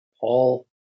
Paul